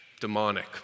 demonic